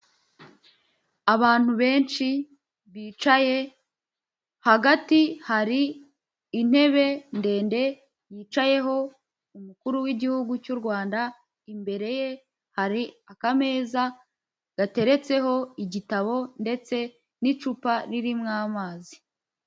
Abantu benshi bicaye hagati hari intebe ndende yicayeho umukuru w'igihugu cy'u rwanda imbere ye hari akameza gateretseho igitabo ndetse n'icupa ririmo amazi.